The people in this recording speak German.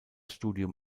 studium